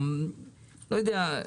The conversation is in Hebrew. אני לא יודע,